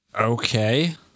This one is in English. Okay